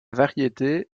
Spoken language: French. variété